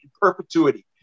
perpetuity